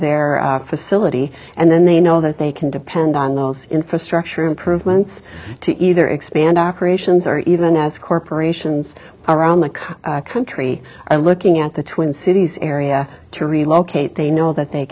their facility and then they know that they can depend on those infrastructure improvements to either expand operations or even as corporations around the country country are looking at the twin cities area to relocate they know that they